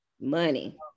money